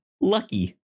Lucky